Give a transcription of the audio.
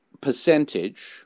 percentage